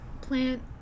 plant